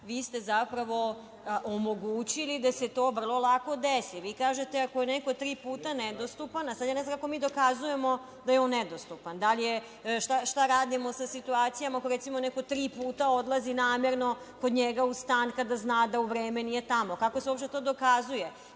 vi ste zapravo omogućili da se to vrlo lako desi. Kažete – ako je neko tri puta nedostupan, sada ja ne znam kako mi dokazujemo da je on nedostupan, šta radimo sa situacijama ako recimo neko tri puta odlazi namerno kod njega u stan, kada zna da u vreme nije tamo. Kako se uopšte to dokazuje?